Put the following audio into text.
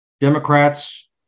Democrats